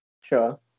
Sure